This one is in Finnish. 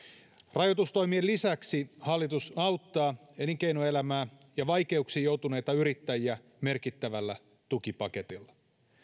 rajoitustoimien lisäksi hallitus auttaa elinkeinoelämää ja vaikeuksiin joutuneita yrittäjiä merkittävällä tukipaketilla